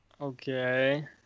Okay